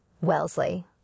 Wellesley